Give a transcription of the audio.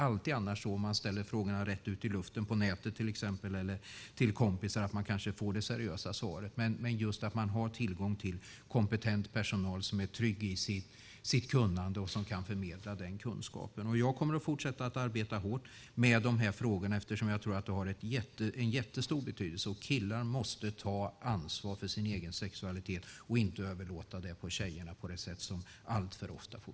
Om man ställer frågorna rätt ut i luften, till exempel på nätet eller till kompisar, är det inte alltid så att man får ett seriöst svar. Men här finns det tillgång till kompetent personal som är trygg i sitt kunnande och kan förmedla den kunskapen. Jag kommer att fortsätta att arbeta hårt med de här frågorna, eftersom jag tror att de har jättestor betydelse. Killar måste ta ansvar för sin egen sexualitet och inte överlåta det på tjejerna, på det sätt som alltför ofta sker.